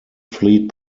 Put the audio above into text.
fleet